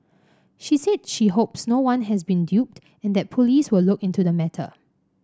she said she hopes no one has been duped and that police will look into the matter